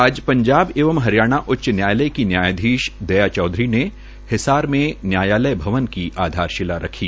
आज पंजाब एवं हरियाणा उच्च न्यायालय की न्यायाधीश दया चौधरी ने हिसार में न्यायालय भवन की आधारशिला रखी